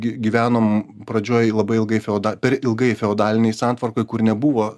gi gyvenom pradžioj labai ilgai feodą per ilgai feodalinėj santvarkoj kur nebuvo